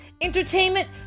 entertainment